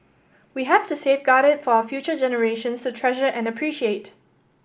we have to safeguard it for our future generations to treasure and appreciate